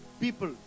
people